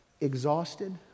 exhausted